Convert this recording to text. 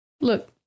Look